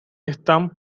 están